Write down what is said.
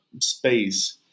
space